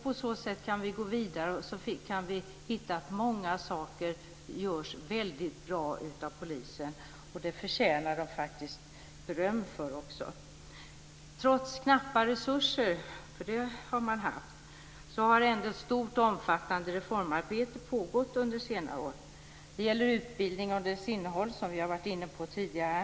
På så sätt kan vi gå vidare och hitta många saker som görs väldigt bra av polisen. Det förtjänar de faktiskt också beröm för. Trots knappa resurser - det har man haft - har ett stort och omfattande reformarbete pågått under senare år. Det gäller utbildningen och dess innehåll, som vi har varit inne på tidigare.